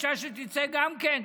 שאישה תצא גם כן,